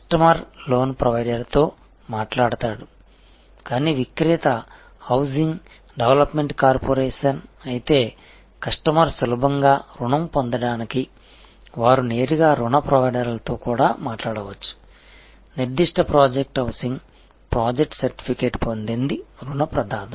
customer loan ప్రొవైడర్తో మాట్లాడతాడు కానీ విక్రేత హౌసింగ్ డెవలప్మెంట్ కార్పొరేషన్ అయితే కస్టమర్ సులభంగా రుణం పొందడానికి వారు నేరుగా రుణ ప్రొవైడర్తో కూడా మాట్లాడవచ్చు నిర్దిష్ట ప్రాజెక్ట్ హౌసింగ్ ప్రాజెక్ట్ సర్టిఫికేట్ పొందింది రుణ ప్రదాత